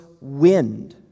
wind